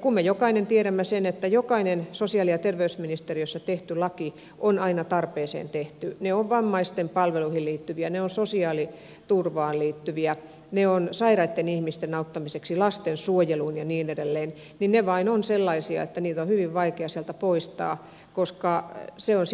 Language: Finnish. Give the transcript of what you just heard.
kun me jokainen tiedämme sen että jokainen sosiaali ja terveysministeriössä tehty laki on aina tarpeeseen tehty ne ovat vammaisten palveluihin liittyviä ne ovat sosiaaliturvaan liittyviä ne ovat sairaitten ihmisten auttamiseksi lastensuojeluun ja niin edelleen niin ne vain ovat sellaisia että niitä on hyvin vaikea poistaa koska se on